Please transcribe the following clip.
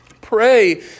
Pray